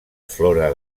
flora